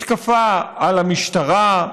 מתקפה על המשטרה,